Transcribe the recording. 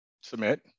submit